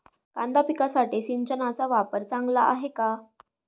कांदा पिकासाठी सिंचनाचा वापर चांगला आहे का?